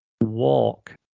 walk